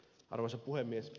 arvoisa puhemies